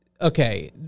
okay